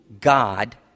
God